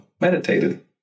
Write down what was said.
meditated